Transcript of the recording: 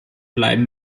bleiben